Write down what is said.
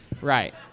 Right